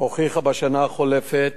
הוכיחה בשנה החולפת,